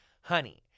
Honey